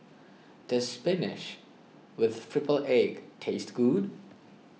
does Spinach with Triple Egg taste good